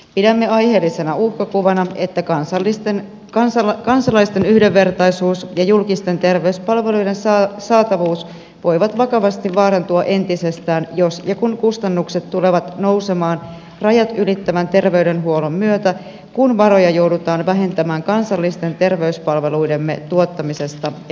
pidämme aiheellisena uhkakuvana että kansalaisten yhdenvertaisuus ja julkisten terveyspalveluiden saatavuus voivat vakavasti vaarantua entisestään jos ja kun kustannukset tulevat nousemaan rajat ylittävän terveydenhuollon myötä kun varoja joudutaan vähentämään kansallisten terveyspalveluidemme tuottamisesta ja kehittämisestä